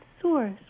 Source